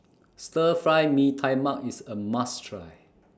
Stir Fry Mee Tai Mak IS A must Try